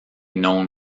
known